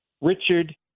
Richard